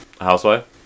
Housewife